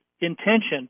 intention